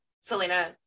Selena